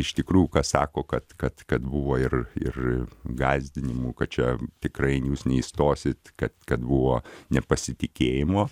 iš tikrųjų ką sako kad kad kad buvo ir ir gąsdinimų kad čia tikrai jūs neįstosit kad kad buvo nepasitikėjimo